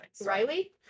Riley